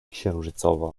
księżycowa